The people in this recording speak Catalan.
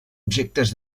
objectes